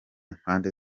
mpande